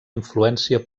influència